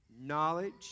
knowledge